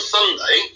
Sunday